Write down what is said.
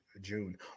June